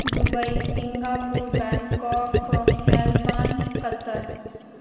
Dubai Singapore Bangkok Melbourne Qatar